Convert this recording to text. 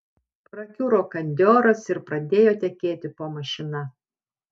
prakiuro kandioras ir pradėjo tekėti po mašina